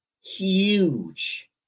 Huge